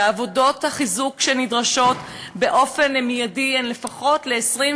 ועבודות החיזוק שנדרשות באופן מיידי הן לפחות ל-24